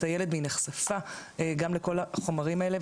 הילד והיא נחשפה גם לכל החומרים האלה,